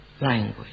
language